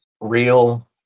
real